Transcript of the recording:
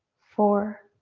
four,